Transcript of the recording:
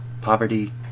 Poverty